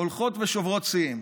הולכות ושוברות שיאים.